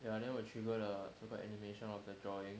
ya then will trigger the so call animation of the drawing